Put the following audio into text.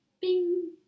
bing